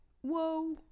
Whoa